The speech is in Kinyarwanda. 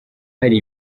hari